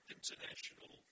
International